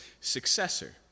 successor